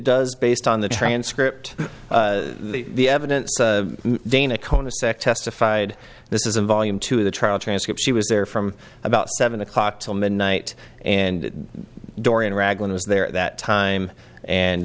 does based on the transcript the evidence dana cona sec testified this isn't volume two of the trial transcript she was there from about seven o'clock till midnight and dorian raglan was there at that time and